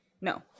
no